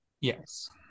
Yes